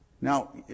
Now